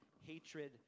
hatred